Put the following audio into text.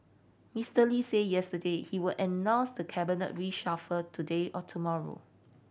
Mister Lee say yesterday he will announce the cabinet reshuffle today or tomorrow